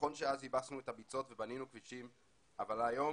נכון שאז ייבשנו את הביצות ובנינו כבישים אבל היום